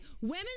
women